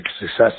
success